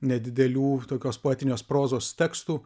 nedidelių tokios poetinės prozos tekstų